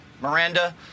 Miranda